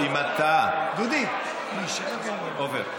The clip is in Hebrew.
אם אתה, עפר.